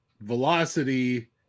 velocity